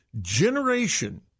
generation